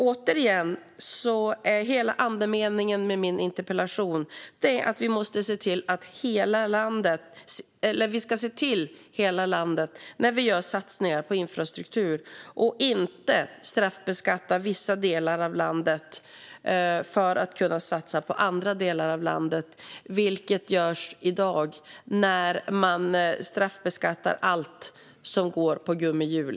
Återigen är andemeningen i min interpellation att vi ska se till hela landet när vi gör satsningar på infrastruktur och inte straffbeskatta vissa delar av landet för att kunna satsa på andra delar av landet, vilket görs i dag när man straffbeskattar allt som går på gummihjul.